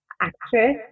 actress